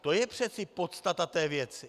To je přece podstata té věci.